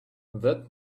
that